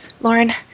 Lauren